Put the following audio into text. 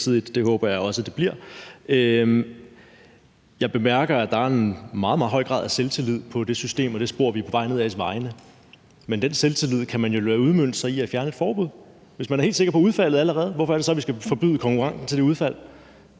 det håber jeg også det bliver. Jeg bemærker, at der er en meget, meget høj grad af selvtillid på vegne af det system og det spor, vi er på vej nedad, men den selvtillid kan vel udmønte sig i, at man fjerner et forbud. Hvis man allerede er helt sikker på udfaldet, hvorfor er det så, vi skal forbyde konkurrenten til det udfald?